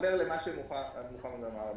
אתחבר למה שמוחמד אמר.